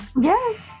Yes